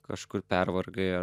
kažkur pervargai ar